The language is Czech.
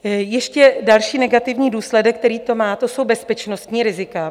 Ještě další negativní důsledek, který to má, jsou bezpečnostní rizika.